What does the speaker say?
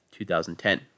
2010